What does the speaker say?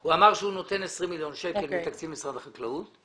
שהוא נותן 20 מיליון שקלים מתקציב משרד החקלאות.